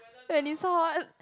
when it's hot